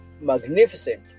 magnificent